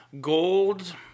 gold